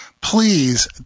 please